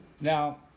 Now